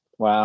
Wow